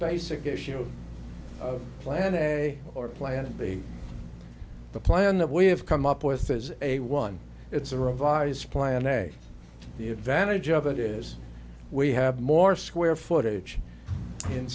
basic issue of planning or planning be the plan that we have come up with as a one it's a revised plan a the advantage of it is we have more square footage